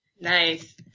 Nice